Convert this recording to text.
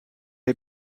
est